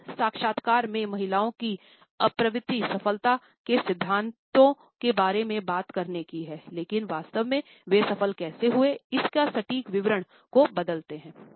इस साक्षात्कार में महिलाओं की प्रवृत्ति सफलता के सिद्धांतों के बारे में बात करने की है लेकिन वास्तव में वे सफल कैसे हुए हैं इसके सटीक विवरण को बदलते हैं